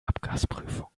abgasprüfung